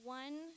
one